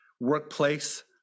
workplace